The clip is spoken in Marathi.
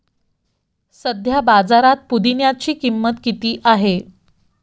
सध्या बाजारात पुदिन्याची किंमत किती आहे?